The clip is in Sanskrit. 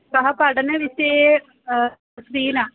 सः पठनविषये फ़्री न